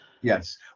Yes